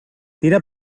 tira